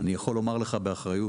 אני יכול לומר לך באחריות,